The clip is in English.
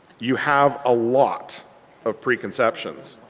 you have a lot of preconceptions.